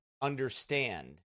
understand